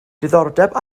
diddordeb